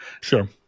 Sure